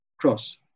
cross